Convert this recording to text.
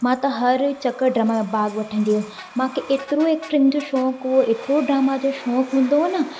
मां त हर चक्कर ड्रामा में भाॻु वठंदी हुअमि मूंखे एतिरो एक्टिंग जो शौक़ु हो एतिरो ड्रामा जो शौक़ु हूंदो हो न